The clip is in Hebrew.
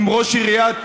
ואם ראש עיריית,